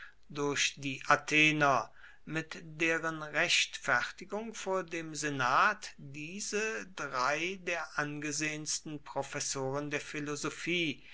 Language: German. durch die athener mit deren rechtfertigung vor dem senat diese drei der angesehensten professoren der philosophie